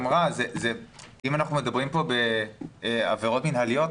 אם אנחנו מדברים כאן בעבירות מינהליות,